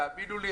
תאמין לי,